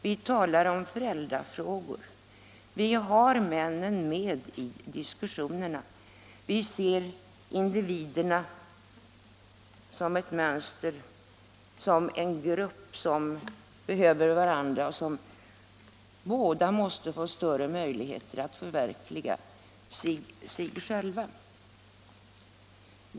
Vi talar om föräldrafrågor. Vi har männen med i diskussionerna. Vi ser individerna som en grupp, som behöver varandra och som alla måste få större möjligheter att förverkliga sig själva.